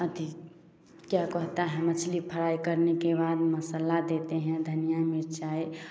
अथी क्या कहता है मछली फ्राई करने के बाद मसाला देते हैं धनिया मिर्ची